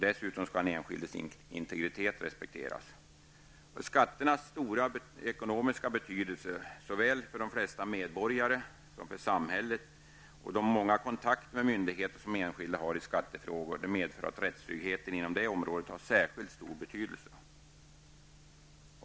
Dessutom skall den enskildes integritet respekteras. Skatternas stora ekonomiska betydelse såväl för de flesta medborgare som för samhället och de många kontakter med myndigheter som enskilda har i skattefrågor medför att rättstryggheten inom det området har särskilt stor betydelse.